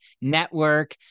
Network